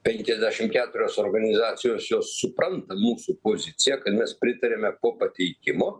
penkiasdešimt keturios organizacijos jos supranta mūsų poziciją kad mes pritariame po pateikimo